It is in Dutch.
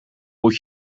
moet